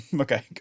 Okay